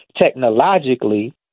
technologically